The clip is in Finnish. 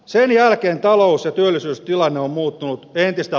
sen jälkeen talous ja työllisyystilanne on muuttunut entistä